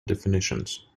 definitions